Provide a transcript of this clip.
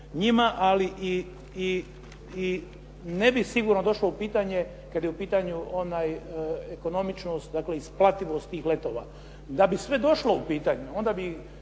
njima, ali i ne bi sigurno došlo u pitanje, kad je u pitanju ona ekonomičnost, dakle isplativost tih letova. Da bi sve došlo u pitanje, onda bi